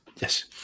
Yes